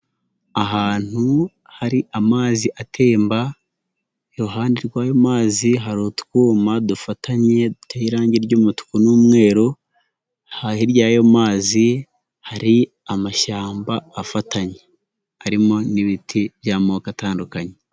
Ahantu hari amazi atemba iruhande rw'ayo mazi hari utwuma dufatanye duteye irangi ry'umutuku n'umweru, hirya y'ayo mazi hari amashyamba afatanye arimo n'ibiti by'amoko atandukanye.